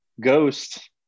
ghost